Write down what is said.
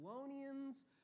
Thessalonians